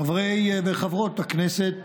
חברי וחברות הכנסת,